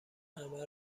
همه